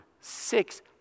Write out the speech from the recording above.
Six